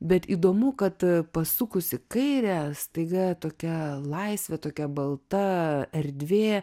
bet įdomu kad pasukus į kairę staiga tokia laisvė tokia balta erdvė